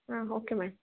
ಹಾಂ okay madam